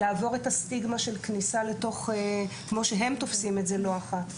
לעבור את הסטיגמה כמו שהם תופסים את זה לא אחת,